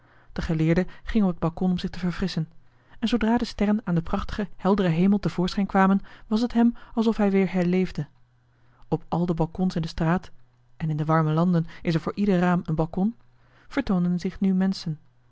de geleerde ging op het balkon om zich te verfrisschen en zoodra de sterren aan den prachtigen helderen hemel te voorschijn kwamen was het hem alsof hij weer herleefde op al de balkons in de straat en in de warme landen is er voor ieder raam een balkon vertoonden zich nu menschen